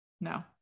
no